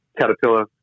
Caterpillar